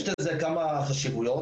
יש לזה כמה חשיבויות: